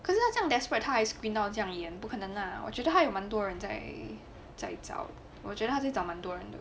可是他这样 desperate 他还 screen 到这样严不可能 lah 我觉得还有蛮多人在在找我觉得他就找蛮多人的